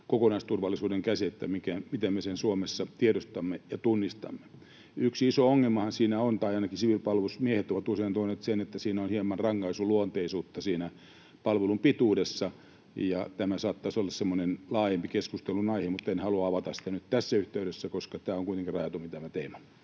kokonaisturvallisuuden käsitettä, minkä me Suomessa tiedostamme ja tunnistamme. Yksi iso ongelmahan siinä on se — tai ainakin siviilipalvelusmiehet ovat usein tuoneet sen esille — että siinä palvelun pituudessa on hieman rankaisuluonteisuutta. Tämä saattaisi olla semmoinen laajempi keskustelunaihe, mutta en halua avata sitä nyt tässä yhteydessä, koska tässä on kuitenkin rajatumpi tämä teema.